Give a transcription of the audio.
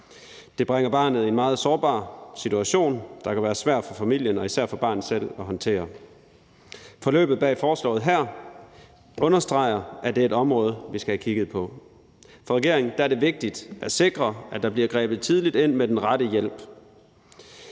Det bringer barnet i en meget sårbar situation, der kan være svær for familien og især for barnet selv at håndtere. Forløbet bag forslaget her understreger, at det er et område, vi skal have kigget på. For regeringen er det vigtigt at sikre, at der bliver grebet tidligt ind med den rette hjælp.